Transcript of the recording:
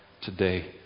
today